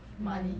money